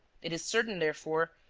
it is certain, therefore,